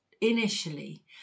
initially